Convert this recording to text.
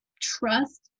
trust